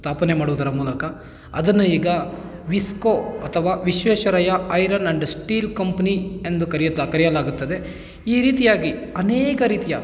ಸ್ಥಾಪನೆ ಮಾಡೋದರ ಮೂಲಕ ಅದನ್ನು ಈಗ ವಿಸ್ಕೋ ಅಥವಾ Visvesvaraya iron and steel company ಎಂದು ಕರೆಯುತ್ತಾ ಕರೆಯಲಾಗುತ್ತದೆ ಈ ರೀತಿಯಾಗಿ ಅನೇಕ ರೀತಿಯ